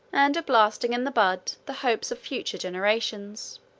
and of blasting in the bud the hopes of future generations.